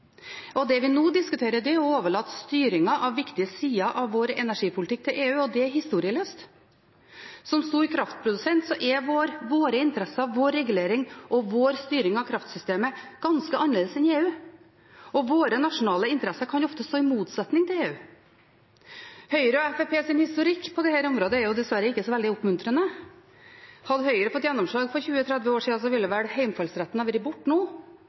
Det vi nå diskuterer, er å overlate styringen av viktige sider av vår energipolitikk til EU, og det er historieløst. Som stor kraftprodusent er våre interesser, vår regulering og vår styring av kraftsystemet ganske annerledes enn i EU. Våre nasjonale interesser kan ofte stå i motsetning til EUs. Høyres og Fremskrittspartiets historikk på dette området er dessverre ikke så veldig oppmuntrende. Hadde Høyre fått gjennomslag for 20–30 år siden, ville vel hjemfallsretten ha vært borte nå,